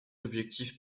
objectifs